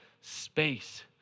Space